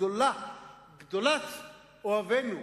גדולת אוהבינו,